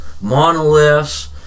monoliths